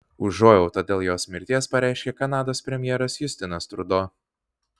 užuojautą dėl jos mirties pareiškė kanados premjeras justinas trudeau